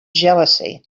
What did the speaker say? jealousy